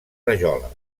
rajola